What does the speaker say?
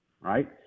right